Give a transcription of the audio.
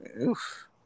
Oof